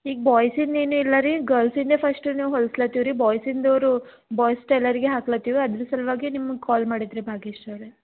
ಈಗ ಬಾಯ್ಸಿಂದು ಇನ್ನು ಇಲ್ಲ ರೀ ಗರ್ಲ್ಸಿಂದೆ ಫಸ್ಟ್ ನೀವು ಹೊಲಿಸ್ಲತಿವ್ ರೀ ಬಾಯ್ಸಿಂದು ಅವರು ಬಾಯ್ಸ್ ಟೈಲರ್ಗೆ ಹಾಕ್ಲತಿವಿ ಅದ್ರ ಸಲುವಾಗೆ ನಿಮ್ಗೆ ಕಾಲ್ ಮಾಡಿದ್ದು ರೀ ಭಾಗ್ಯಶ್ರೀ ಅವರೆ